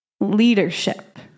leadership